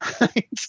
Right